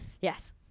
Yes